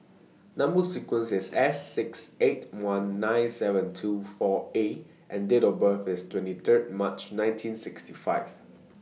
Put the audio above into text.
Number sequence IS S six eight one nine seven two four A and Date of birth IS twenty Third March nineteen sixty five